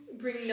bring